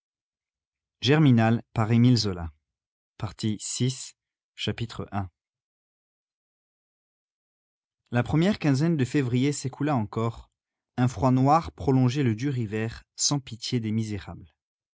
i la première quinzaine de février s'écoula encore un froid noir prolongeait le dur hiver sans pitié des misérables